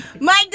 Mike